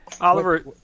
Oliver